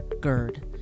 GERD